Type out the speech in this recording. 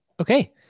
Okay